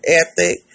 ethic